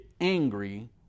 angry